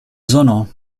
zono